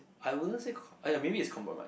I wouldn't say com~ !aiya! maybe it's compromise